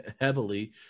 heavily